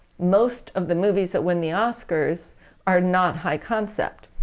most of the movies that win the oscars are not high-concept.